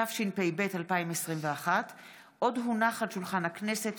התשפ"ב 2021. עוד הונח על שולחן הכנסת